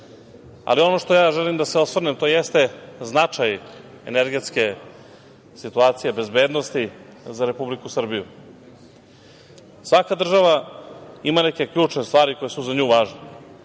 Ali ono na šta želim da se osvrnem jeste značaj energetske situacije, bezbednosti za Republiku Srbiju. Svaka država ima neke ključne stvari koje su za nju važne.